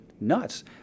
nuts